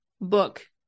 book